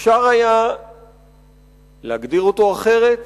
אפשר היה להגדיר אותו אחרת